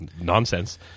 nonsense